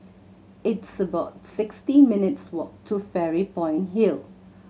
it's about sixty minutes walk to Fairy Point Hill